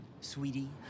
Sweetie